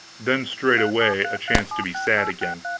then straightway a chance to be sad again.